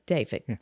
David